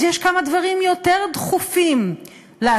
אז יש כמה דברים יותר דחופים לעשות.